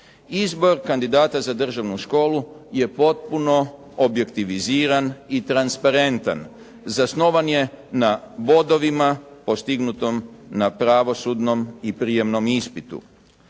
Izbor kandidata za državnu školu je potpuno objektiviziran i transparentan. Zasnovan je na bodovima postignutom na pravosudnom i prijemnom ispitu.